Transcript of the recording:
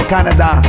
Canada